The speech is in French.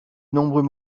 nombreux